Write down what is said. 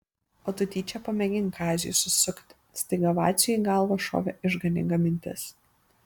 o tu tyčia pamėgink kaziui susukti staiga vaciui į galvą šovė išganinga mintis